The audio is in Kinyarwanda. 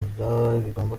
bigomba